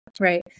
right